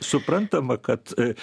suprantama kad